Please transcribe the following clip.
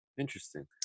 interesting